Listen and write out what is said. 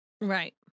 Right